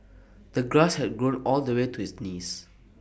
the grass had grown all the way to his knees